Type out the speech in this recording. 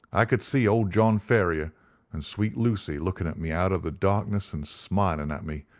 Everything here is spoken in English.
i could see old john ferrier and sweet lucy looking at me out of the darkness and smiling and at me,